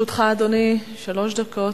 לרשותך, אדוני, שלוש דקות.